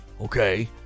Okay